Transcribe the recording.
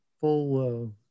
full